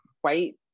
white